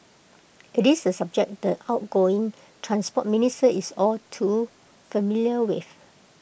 IT is A subject the outgoing Transport Minister is all too familiar with